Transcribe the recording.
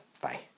Bye